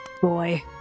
boy